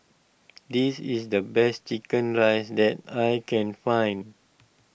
this is the best Chicken Rice that I can find